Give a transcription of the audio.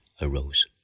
arose